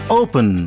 open